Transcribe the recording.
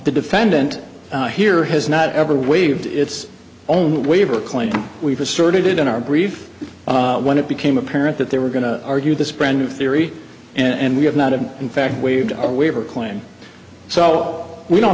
the defendant here has not ever waived its own waiver claim we've asserted in our brief when it became apparent that they were going to argue this brand new theory and we have not had in fact waived a waiver claim so we don't